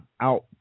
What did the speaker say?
out